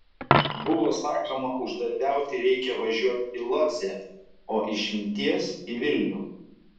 buvo sakoma uždarbiauti reikia važiuoti į lodzę o išminties į vilnių